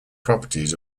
properties